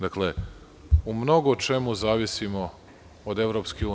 Dakle, u mnogo čemu zavisimo od EU.